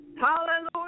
hallelujah